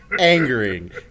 angering